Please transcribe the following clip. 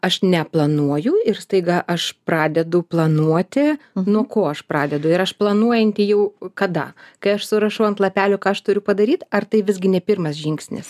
aš neplanuoju ir staiga aš pradedu planuoti nuo ko aš pradedu ir aš planuojanti jau kada kai aš surašau ant lapelių ką aš turiu padaryt ar tai visgi ne pirmas žingsnis